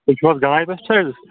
تُہۍ چھُو حظ گٔنے پیسٹ سایڈس